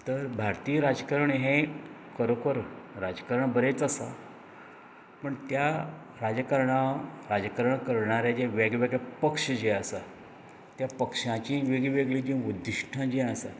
तर भारतीय राजकारण हें खरोखर राजकरण बरेंच आसा पण त्या राजकरणां राजकरण करणारे वेगळें वेगळें पक्ष जें आसा त्या पक्षांची वेगळी वेगळीं उदिश्टां जी आसा